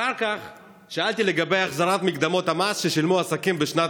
אחר כך שאלתי לגבי החזרת מקדמות המס ששילמו עסקים בשנת